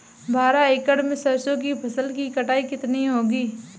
बारह एकड़ में सरसों की फसल की कटाई कितनी होगी?